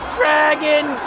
dragon